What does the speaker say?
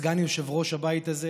סגן יושב-ראש הבית הזה,